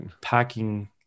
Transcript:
packing